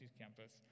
campus